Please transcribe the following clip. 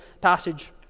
passage